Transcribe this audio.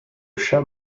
chat